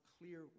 clear